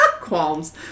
qualms